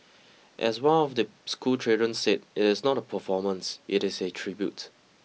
as one of the schoolchildren said it is not a performance it is a tribute